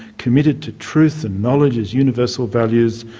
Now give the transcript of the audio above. committed to truth and knowledge as universal values,